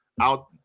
out